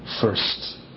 first